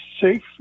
safe